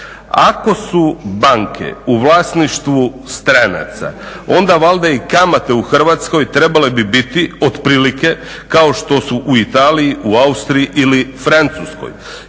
Ako su banke u vlasništvu stranaca onda valjda i kamate u Hrvatskoj trebale bi biti otprilike kao što su u Italiji, u Austriji ili Francuskoj.